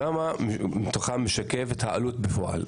כמה מתוכם משקף את העלות בפועל?